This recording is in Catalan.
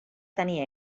tenir